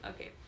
okay